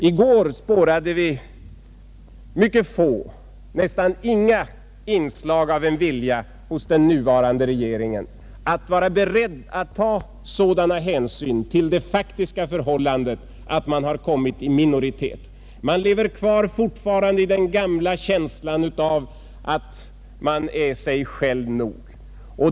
I går spårade vi mycket få, nästan inga inslag av en vilja hos den nuvarande regeringen att vara beredd att ta sådana hänsyn till det faktiska förhållandet att man har kommit i minoritet. Man lever fortfarande kvar i den gamla känslan av att man är sig själv nog.